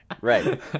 Right